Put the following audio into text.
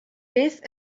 beth